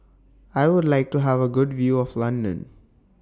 I Would like to Have A Good View of London